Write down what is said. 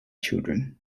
children